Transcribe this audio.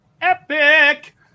epic